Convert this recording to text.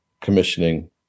commissioning